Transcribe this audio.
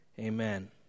Amen